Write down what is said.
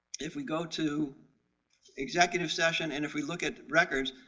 if we go to executive session and if we look at records,